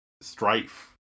Strife